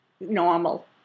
normal